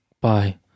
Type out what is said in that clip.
bye